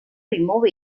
remove